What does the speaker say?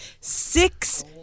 six